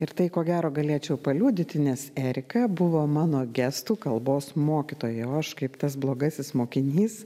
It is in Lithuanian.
ir tai ko gero galėčiau paliudyti nes erika buvo mano gestų kalbos mokytoja o aš kaip tas blogasis mokinys